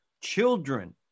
children